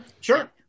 Sure